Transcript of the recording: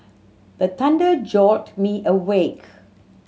the thunder jolt me awake